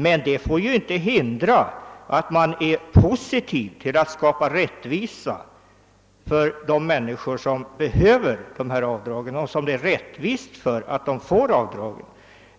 Men detta får inte hindra att man ställer sig positiv till att skapa rättvisa för de människor som behöver göra avdrag och för vilka det också är rättvist att de får göra det.